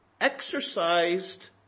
exercised